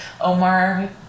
omar